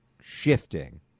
shifting